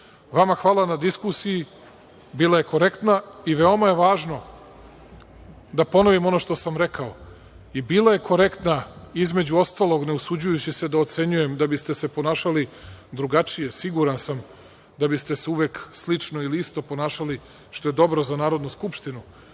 hvala na diskusiji. Bila je korektna i veoma je važno da ponovim ono što sam rekao i bila je korektna između ostalog, ne usuđujući se da ocenjujem da biste se ponašali drugačije, siguran sam da biste se uvek slično ili isto ponašali, što je dobro za Narodnu skupštinu,